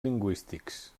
lingüístics